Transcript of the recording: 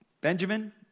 Benjamin